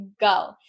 go